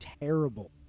terrible